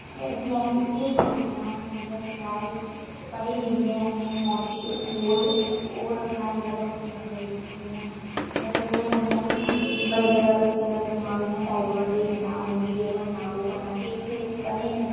फिर बी अस इ'यै सोचने हा कि मतलब शैल पढ़ी लिखी ऐ अपना मोटिब रक्खना जेहड़ा पूरा करी सको इ'यां मोटिब बदलने कन्नै बी बच्चे दा दिमाक डाइबर्ट होई जंदा ऐ हांजी एह् बनना ओह् बनना देक्खो देक्खी कंदे नेईं करनी चाहिदी